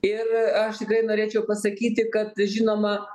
ir aš tikrai norėčiau pasakyti kad žinoma